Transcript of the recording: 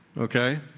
Okay